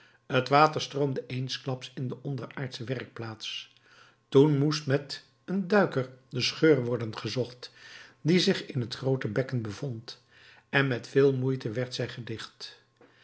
het water stroomde eensklaps in de onderaardsche werkplaats toen moest met een duiker de scheur worden gezocht die zich in het groote bekken bevond en met veel moeite werd zij gedicht